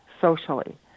socially